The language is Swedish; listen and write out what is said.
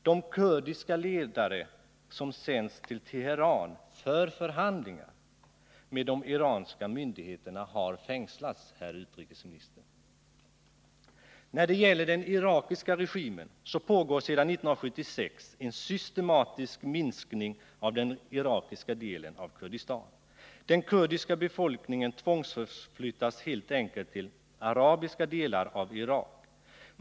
De kurdiska ledare som sänts till Teheran för förhandlingar med de iranska myndigheterna har fängslats, herr utrikesminister. När det gäller den irakiska regimen kan det nämnas att det sedan 1976 pågår en systematisk minskning av den irakiska delen av Kurdistan. Den kurdiska befolkningen tvångsförflyttas helt enkelt till arabiska delar av Irak.